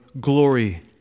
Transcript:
glory